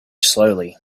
slowly